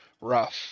rough